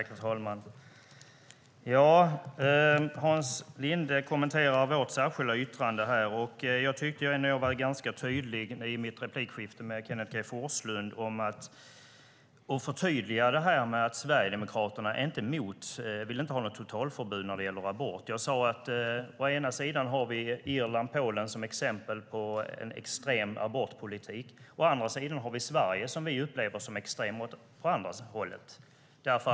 Herr talman! Hans Linde kommenterar vårt särskilda yttrande. Jag tycker nog att jag i mitt replikskifte med Kenneth G Forslund var ganska tydlig med att förtydliga att Sverigedemokraterna inte vill ha något totalförbud när det gäller abort. Jag sade att vi å ena sidan har Irland och Polen som exempel på en extrem abortpolitik. Å andra sidan har vi Sverige som vi upplever som extremt åt andra hållet.